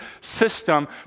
system